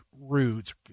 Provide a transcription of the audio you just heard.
roots